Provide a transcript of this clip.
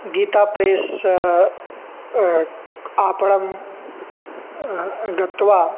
गीताप्रेस् आपणं गत्वा